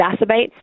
exacerbates